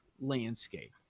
landscape